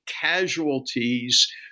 casualties